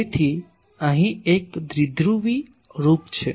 તેથી અહીં એક ડાયપોલ રૂપ છે